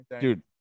Dude